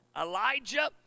Elijah